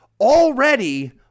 already